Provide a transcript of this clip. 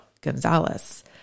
Gonzalez